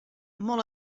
molt